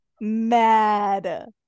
mad